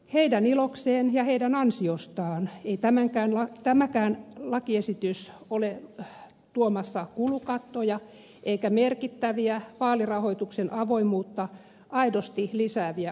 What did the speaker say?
heidän ilokseen ja heidän ansiostaan ei tämäkään lakiesitys ole tuomassa kulukattoja eikä merkittäviä vaalirahoituksen avoimuutta aidosti lisääviä uudistuksia